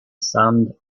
sand